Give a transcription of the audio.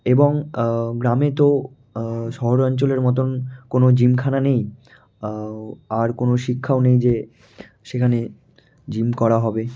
এবং গ্রামে তো শহরাঞ্চলের মতন কোনও জিমখানা নেই আর কোনও শিক্ষাও নেই যে সেখানে জিম করা হবে